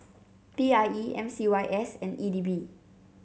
P I E M C Y S and E D B